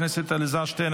חבר הכנסת אלעזר שטרן,